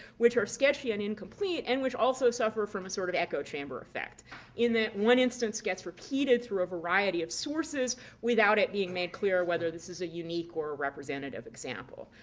which are sketchy and incomplete, and which also suffer from a sort of echo-chamber effect in that one instance gets repeated through a variety of sources without it being made clear whether this is a unique or representative example.